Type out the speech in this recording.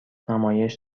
نمایش